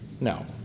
No